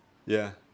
ya